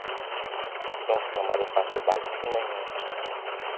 क्योंकि हमारे पास तो बाइक थी नहीं